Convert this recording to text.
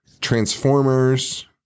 Transformers